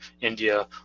India